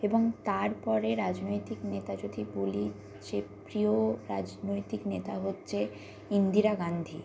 এবং তারপরে রাজনৈতিক নেতা যদি বলি যে প্রিয় রাজনৈতিক নেতা হচ্ছে ইন্দিরা গান্ধী